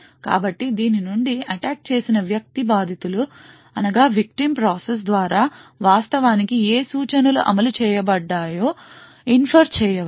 కాబట్టి దీని నుండి అటాక్ చేసిన వ్యక్తి బాధితుల ప్రాసెస్ ద్వారా వాస్తవానికి ఏ సూచనలు అమలు చేయబడ్డాడో ఇన్ఫర్ చేయ వచ్చు